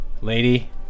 Lady